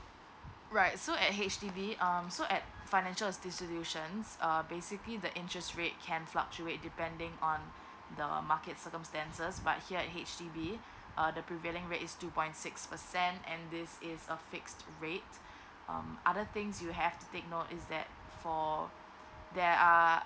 right so at H_D_B um so at financial institutions um basically the interest rate can fluctuate depending on the market circumstances but here in H_D_B uh the prevailing rate is two point six percent and this is a fixed rate um other things you have to take note is that for there are